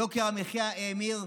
יוקר המחיה האמיר,